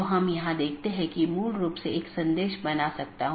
तो यह एक तरह की नीति प्रकारों में से हो सकता है